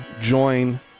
join